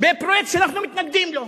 בפרויקט שאנחנו מתנגדים לו.